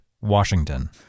Washington